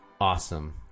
awesome